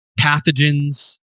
pathogens